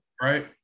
Right